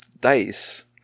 dice